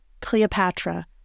Cleopatra